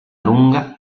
lunga